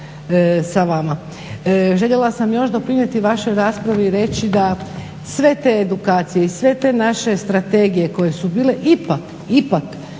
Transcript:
sa vama. Željela sam još doprinijeti vašoj raspravi i reći da sve te edukacije i sve te naše strategije koje su bile ipak su